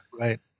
right